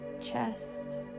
chest